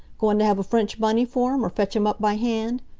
goin' t' have a french bunny for him, or fetch him up by hand?